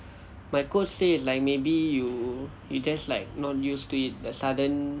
my coach say is like maybe you you just like not use to it the sudden